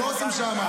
הם לא עושים שם.